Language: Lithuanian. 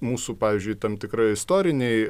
mūsų pavyzdžiui tam tikroj istorinėj